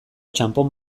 txanpon